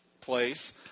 place